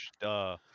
duh